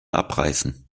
abreißen